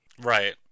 Right